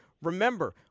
Remember